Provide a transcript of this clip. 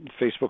Facebook